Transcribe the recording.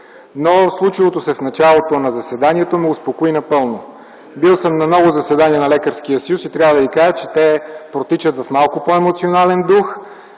но случилото се в началото на заседанието ме успокои напълно. Бил съм на много заседания на Лекарския съюз - трябва да ви кажа, че те протичат в малко по-емоционален дух